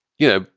you know,